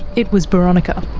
it was boronika.